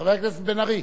חבר הכנסת בן-ארי.